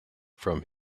from